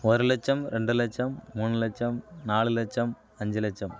ஒரு லட்சம் ரெண்டு லட்சம் மூணு லட்சம் நாலு லட்சம் அஞ்சு லட்சம்